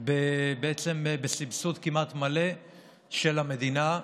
בעצם בסבסוד כמעט מלא של המדינה,